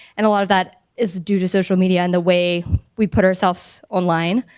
and a lot of that is due to social media and the way we put ourselves online.